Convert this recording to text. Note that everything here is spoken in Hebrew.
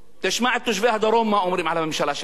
תשמע את תושבי הדרום, מה אומרים על הממשלה שלך,